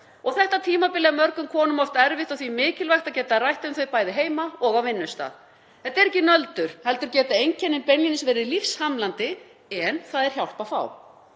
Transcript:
Þetta tímabil er mörgum konum oft erfitt og því mikilvægt að geta rætt um þessi mál bæði heima og á vinnustað. Þetta er ekki nöldur heldur geta einkennin beinlínis verið lífshamlandi. En það er hjálp að fá.